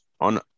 on